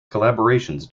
collaborations